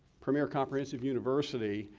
premiere comprehensive university,